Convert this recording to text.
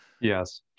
Yes